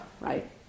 right